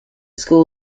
school